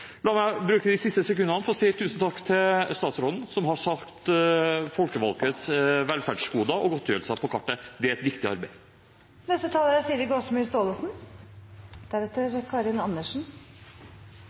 La meg bruke de siste sekundene til å si tusen takk til statsråden, som har satt folkevalgtes velferdsgoder og godtgjørelser på kartet. Det er et viktig